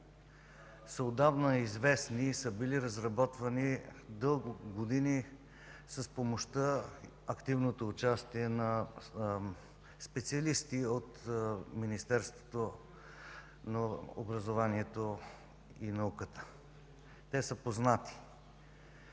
са отдавна известни и са били разработвани дълги години с помощта, с активното участие на специалисти от Министерството на образованието и науката. Те са познати.